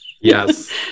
Yes